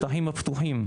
בשטחים הפתוחים,